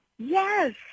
Yes